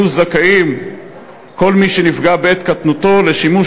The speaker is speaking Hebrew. יהיה זכאי כל מי שנפגע בקטנותו לשימוש